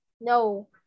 no